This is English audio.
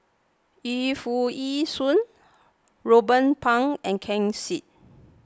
Yu Foo Yee Shoon Ruben Pang and Ken Seet